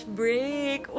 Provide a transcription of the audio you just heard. break